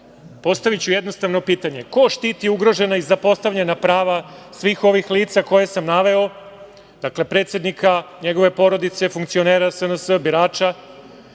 Postaviću jednostavno pitanje - ko štiti ugrožena i zapostavljena prava svih ovih lica koje sam naveo, predsednika, njegove porodice, funkcionera SNS, birača?